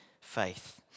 faith